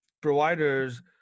providers